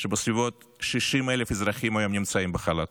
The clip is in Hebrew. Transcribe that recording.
שבסביבות 60,000 אזרחים נמצאים היום בחל"ת.